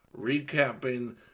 recapping